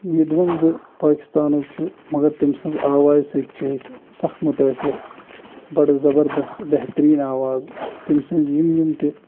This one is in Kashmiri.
یدہِ وَن زٕ پاکِٲستانُک چھُ مگر تٔمۍ سٕنٛز آواز سۭتۍ چھِ أسۍ سخ مُتٲثر بَڑٕ زبردس بہتریٖن آواز تٔمۍ سٕنٛز یِم یِم تہِ